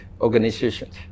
organizations